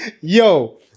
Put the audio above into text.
Yo